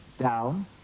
Down